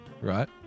right